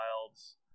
wilds